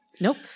Nope